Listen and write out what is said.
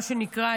מה שנקרא,